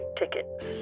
tickets